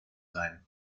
sein